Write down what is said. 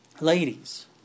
ladies